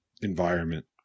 environment